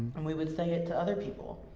and we would say it to other people.